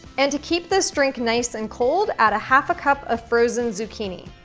and to keep this drink nice and cold, add a half a cup of frozen zucchini.